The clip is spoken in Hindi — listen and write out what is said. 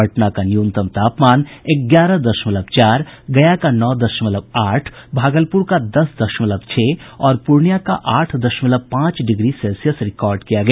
पटना का न्यूनतम तापमान ग्यारह दशमलव चार गया का नौ दशमलव आठ भागलपुर का दस दशमलव छह और पूर्णियां का आठ दशमलव पांच डिग्री सेल्सियस रिकॉर्ड किया गया